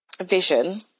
vision